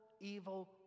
evil